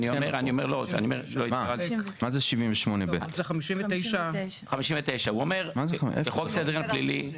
זה סעיף 59 לחוק סדר הדין הפלילי.